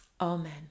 Amen